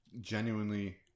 genuinely